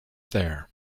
there